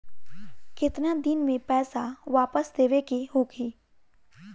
केतना दिन में पैसा वापस देवे के होखी?